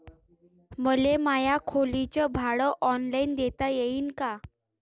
मले माया खोलीच भाड ऑनलाईन देता येईन का?